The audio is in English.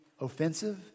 offensive